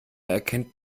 erkennt